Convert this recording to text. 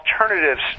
alternatives